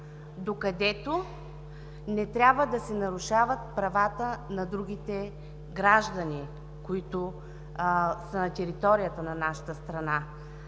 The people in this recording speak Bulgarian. докъдето не трябва да се нарушават правата на другите граждани, които са на територията на нашата страна.